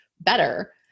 better